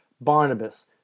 Barnabas